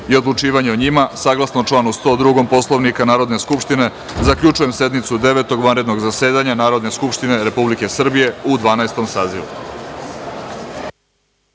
i odlučivanje o njima, saglasno članu 102. Poslovnika Narodne skupštine zaključujem sednicu Devetog vanrednog zasedanja Narodne skupštine Republike Srbije u Dvanaestom